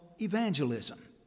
evangelism